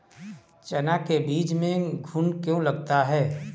चना के बीज में घुन क्यो लगता है?